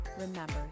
remember